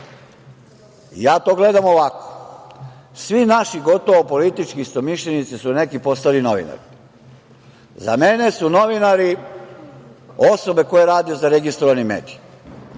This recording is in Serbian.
ja to gledam ovako, svi naši gotovo politički istomišljenici su neki postali novinari. Za mene su novinari osobe koje rade za registrovani